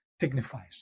signifies